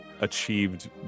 achieved